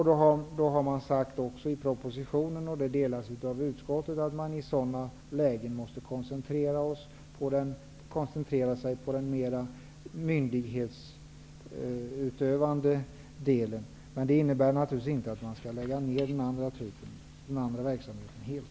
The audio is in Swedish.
Då har regeringen i propositionen sagt, vilket delas av utskottet, att man i sådana lägen måste koncentrera sig på den mer myndighetsutövande delen. Men det innebär naturligtvis inte att man skall lägga ned den andra verksamheten helt.